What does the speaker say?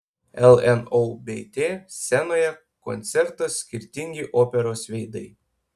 lnobt scenoje koncertas skirtingi operos veidai